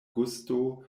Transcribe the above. gusto